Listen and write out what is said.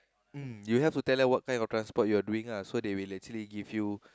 mm you have to tell them what kind of transport you are doing ah so they will actually give you